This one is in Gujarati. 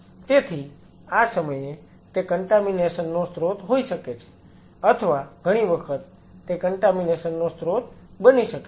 તેથી આ સમયે તે કન્ટામીનેશન નો સ્ત્રોત હોઈ શકે છે અથવા ઘણી વખત તે કન્ટામીનેશન નો સ્ત્રોત બની શકે છે